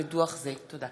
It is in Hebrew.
תודה